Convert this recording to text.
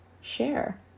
share